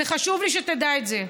זה חשוב לי שתדע את זה.